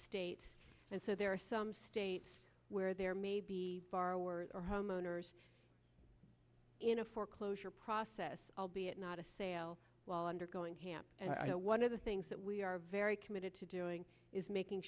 state and so there are some states where there may be borrowers or homeowners in a foreclosure process albeit not a sale while undergoing hamp and i one of the things that we are very committed to doing is making